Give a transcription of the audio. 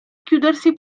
chiudersi